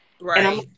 Right